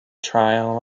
trial